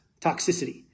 toxicity